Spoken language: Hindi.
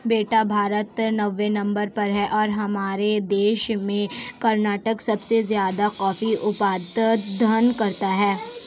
बेटा भारत नौवें नंबर पर है और हमारे देश में कर्नाटक सबसे ज्यादा कॉफी उत्पादन करता है